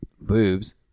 boobs